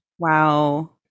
Wow